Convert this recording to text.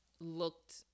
looked